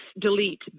delete